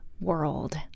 world